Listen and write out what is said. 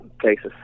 places